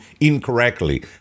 incorrectly